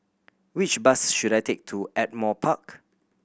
which bus should I take to Ardmore Park